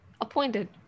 Appointed